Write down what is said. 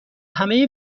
همه